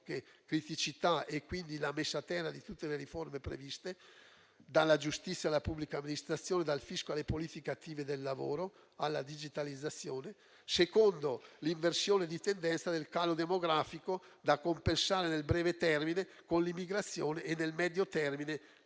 criticità e quindi la messa a terra di tutte le riforme previste, dalla giustizia alla pubblica amministrazione, dal fisco alle politiche attive del lavoro, alla digitalizzazione; in secondo luogo, l'inversione di tendenza del calo demografico, da compensare nel breve termine con l'immigrazione e nel medio termine